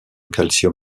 calcium